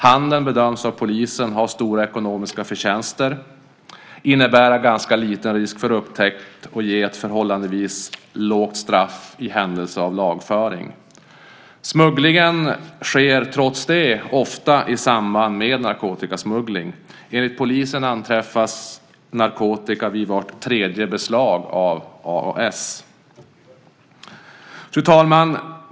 Handeln bedöms av polisen ha stora ekonomiska förtjänster, innebära ganska liten risk för upptäckt och ge ett förhållandevis lågt straff i händelse av lagföring. Smugglingen sker trots det ofta i samband med narkotikasmugglig. Enligt polisen anträffas narkotika vid vart tredje beslag av AAS. Fru talman!